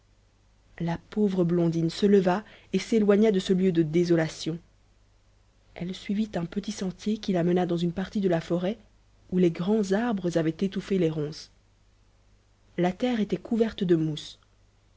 la pauvre blondine se leva et s'éloigna de ce lieu de désolation elle suivit un petit sentier qui la mena dans une partie de la forêt où les grands arbres avaient étouffé les ronces la terre était couverte de mousse